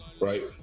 right